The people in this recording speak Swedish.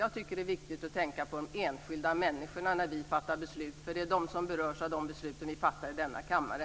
Jag tycker det är viktigt att tänka på de enskilda människorna när vi fattar beslut, för det är de som berörs av de beslut vi fattar i denna kammare.